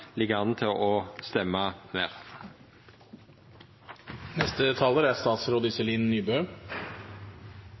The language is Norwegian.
ligg an til å stemma